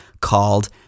called